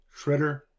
Shredder